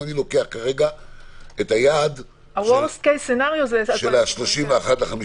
אני לוקח כרגע את היעד של ה-31.5.22,